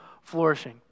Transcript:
flourishing